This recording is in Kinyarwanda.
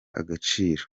agaciro